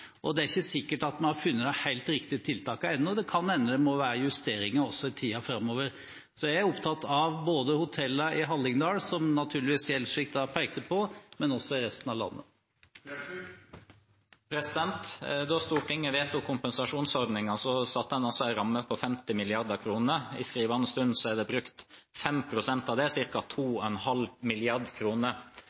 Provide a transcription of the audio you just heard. Det er ikke sikkert vi har funnet de helt riktige tiltakene ennå. Det kan hende det må justeres også i tiden framover. Jeg er opptatt av hotellene i Hallingdal, som Gjelsvik naturligvis pekte på, men også i resten av landet. Da Stortinget vedtok kompensasjonsordningen, satte man en ramme på 50 mrd. kr. I skrivende stund er det brukt 5 pst. av det, ca. 2,5